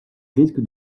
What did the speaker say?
risque